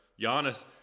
Giannis